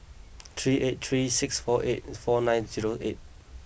three eight three six four eight four nine zero eight